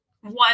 one